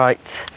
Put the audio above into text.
right,